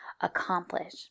accomplish